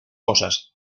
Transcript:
cosas